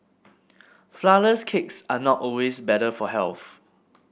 flourless cakes are not always better for health